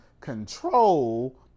control